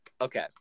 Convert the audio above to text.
Okay